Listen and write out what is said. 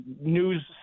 news